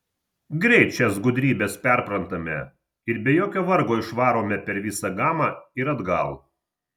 greit šias gudrybes perprantame ir be jokio vargo išvarome per visą gamą ir atgal